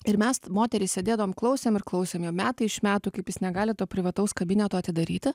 ir mes moterys sėdėdavom klausėm ir klausėm jo metai iš metų kaip jis negali to privataus kabineto atidaryti